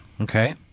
Okay